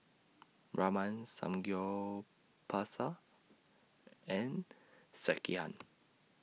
Ramen Samgyeopsal and Sekihan